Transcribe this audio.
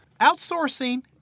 Outsourcing